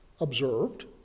observed